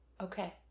Okay